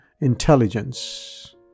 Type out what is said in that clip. Intelligence